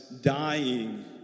dying